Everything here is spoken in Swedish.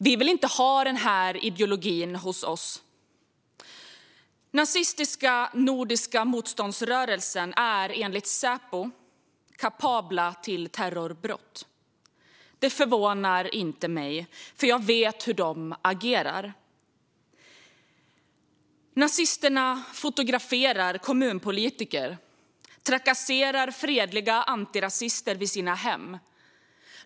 Vi vill inte ha den här ideologin hos oss. Nazistiska Nordiska motståndsrörelsen är enligt Säpo kapabel att utföra terrorbrott. Det förvånar mig inte eftersom jag vet hur de agerar. Nazisterna fotograferar kommunpolitiker och trakasserar fredliga antirasister vid deras hem.